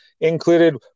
included